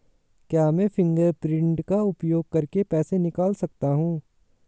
क्या मैं फ़िंगरप्रिंट का उपयोग करके पैसे निकाल सकता हूँ?